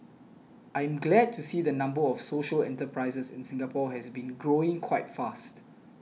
I'm glad to see the number of social enterprises in Singapore has been growing quite fast